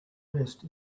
vest